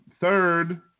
Third